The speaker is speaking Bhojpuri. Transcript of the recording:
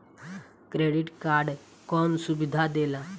क्रेडिट कार्ड कौन सुबिधा देला?